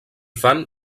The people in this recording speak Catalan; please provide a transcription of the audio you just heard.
fan